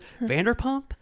Vanderpump